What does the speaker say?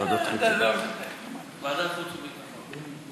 ועדת חוץ וביטחון.